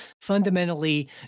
fundamentally